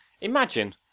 Imagine